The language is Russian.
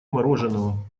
мороженного